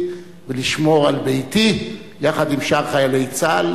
ולשמור על ביתי יחד עם שאר חיילי צה"ל.